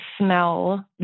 smell